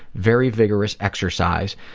very vigorous exercise,